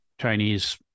Chinese